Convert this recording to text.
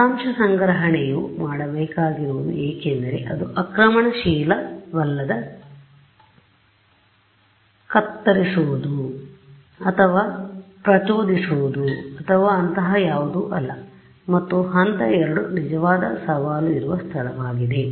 ದತ್ತಾಂಶ ಸಂಗ್ರಹಣೆಯು ಮಾಡಬೇಕಾಗಿರುವುದು ಏಕೆಂದರೆ ಅದು ಆಕ್ರಮಣಶೀಲವಲ್ಲದ ಕತ್ತರಿಸುವುದು ಅಥವಾ ಪ್ರಚೋದಿಸುವುದು ಅಥವಾ ಅಂತಹ ಯಾವುದೂ ಇಲ್ಲ ಮತ್ತು ಹಂತ 2 ನಿಜವಾದ ಸವಾಲು ಇರುವ ಸ್ಥಳವಾಗಿದೆ